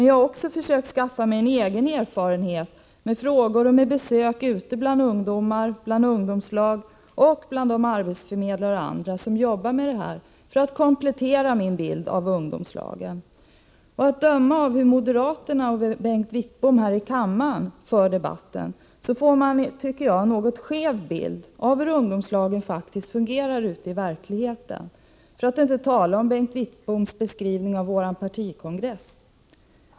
Jag har också försökt skaffa mig egen erfarenhet, genom frågor till och besök bland ungdomar, i ungdomslag, hos arbetsförmedlare och andra som arbetar med detta, för att komplettera min bild av ungdomslagen. Genom Bengt Wittboms och övriga moderaters sätt att föra debatten ges en något skev bild av hur ungdomslagen faktiskt fungerar i verkligheten — för att inte tala om Bengt Wittboms beskrivning av vår partikongress.